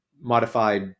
modified